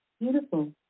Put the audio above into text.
Beautiful